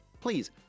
please